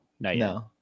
no